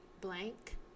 blank